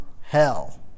hell